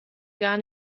gar